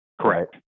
Correct